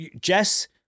Jess